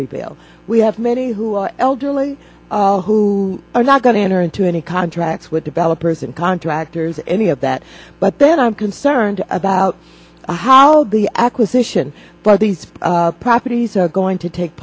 reveal we have many who are elderly who are not going to enter into any contracts with developers and contractors any of that but then i'm concerned about how the acquisition for these properties are going to take